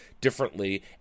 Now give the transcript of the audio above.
differently